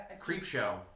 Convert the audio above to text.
Creepshow